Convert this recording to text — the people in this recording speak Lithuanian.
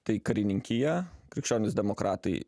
tai karininkija krikščionys demokratai